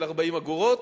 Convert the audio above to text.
של 40 אגורות.